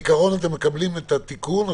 אז בעיקרון אתם מקבלים את התיקון.